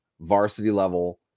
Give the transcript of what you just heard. varsity-level